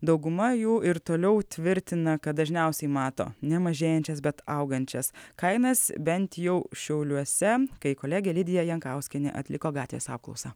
dauguma jų ir toliau tvirtina kad dažniausiai mato nemažėjančias bet augančias kainas bent jau šiauliuose kai kolegė lidija jankauskienė atliko gatvės apklausą